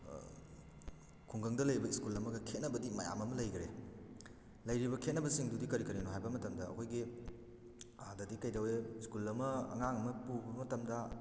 ꯈꯨꯡꯒꯪꯗ ꯂꯩꯕ ꯏꯁꯀꯨꯜ ꯑꯃꯒ ꯈꯦꯠꯅꯕꯗꯤ ꯃꯌꯥꯝ ꯑꯃ ꯂꯩꯈꯔꯦ ꯂꯩꯔꯤꯕ ꯈꯦꯠꯅꯕꯁꯤꯡ ꯑꯗꯨꯗꯤ ꯀꯔꯤ ꯀꯔꯤꯅꯣ ꯍꯥꯏꯕ ꯃꯇꯝꯗ ꯑꯩꯈꯣꯏꯒꯤ ꯑꯥꯗꯗꯤ ꯀꯩꯗꯧꯏ ꯏꯁꯀꯨꯜ ꯑꯃ ꯑꯉꯥꯡ ꯑꯃ ꯄꯨꯕ ꯃꯇꯝꯗ